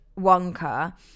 Wonka